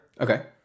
Okay